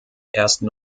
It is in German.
ersten